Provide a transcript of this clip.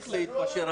להתפשר.